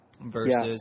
versus